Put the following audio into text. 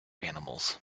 animals